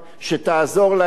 שתעזור להם,